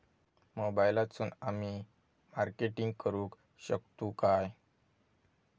मोबाईलातसून आमी मार्केटिंग करूक शकतू काय?